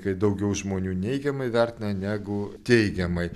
kai daugiau žmonių neigiamai vertina negu teigiamai